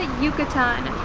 yucatan.